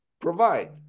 provide